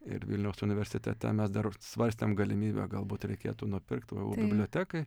ir vilniaus universitete mes dar svarstėm galimybę galbūt reikėtų nupirkt vu bibliotekai